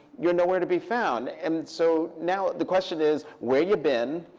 you're nowhere to be found. and so now the question is, where you been?